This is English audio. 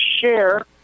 share